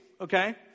okay